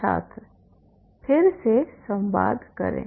छात्र फिर से संवाद करें